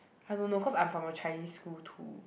I don't know course I'm from a Chinese school too